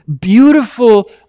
beautiful